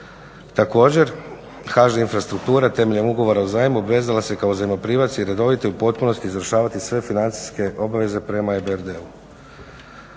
Također, HŽ Infrastruktura temeljem ugovora o zajmu obvezala se kao zajmoprimac i redovito i u potpunosti izvršavati sve financijske obveze prema EBRD-u.